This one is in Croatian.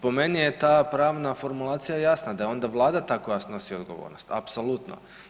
Po meni je ta pravna formulacija jasna, da je onda vlada ta koja snosi odgovornost apsolutno.